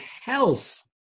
health